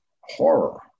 horror